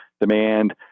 demand